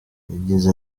yagize